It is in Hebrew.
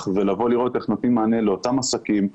ולראות איך נותנים מענה לאותם עסקים,